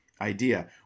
idea